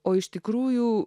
o iš tikrųjų